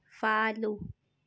follow